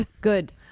Good